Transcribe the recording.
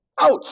Ouch